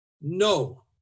No